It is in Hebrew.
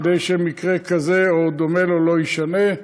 כדי שמקרה כזה או דומה לו לא יישנה.